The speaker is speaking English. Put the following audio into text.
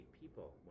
people